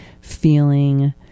feeling